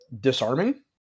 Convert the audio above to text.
disarming